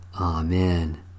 Amen